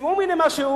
ותשמעו ממני משהו,